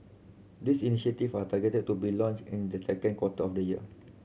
these initiative are targeted to be launched in the second quarter of the year